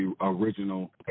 original